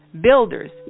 builders